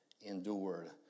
Endured